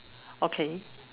okay